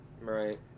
Right